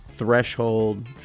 Threshold